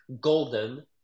Golden